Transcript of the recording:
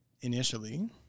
initially